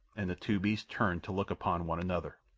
and the two beasts turned to look upon one another.